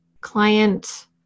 client